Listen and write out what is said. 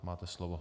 Máte slovo.